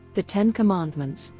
the ten commandments,